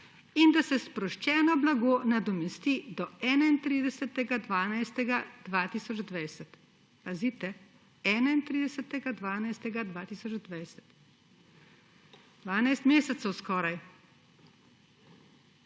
in da se sproščeno blago nadomesti do 31. 12. 2020. Pazite, 31. 12. 2020. Skoraj